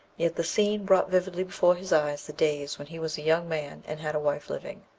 yet the scene brought vividly before his eyes the days when he was a young man, and had a wife living.